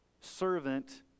servant